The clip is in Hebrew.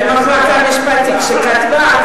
זו המחלקה המשפטית שכתבה.